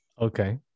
Okay